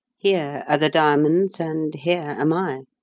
here are the diamonds and here am i!